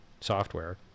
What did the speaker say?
software